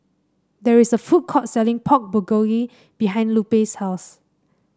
there is a food court selling Pork Bulgogi behind Lupe's house